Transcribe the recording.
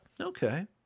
Okay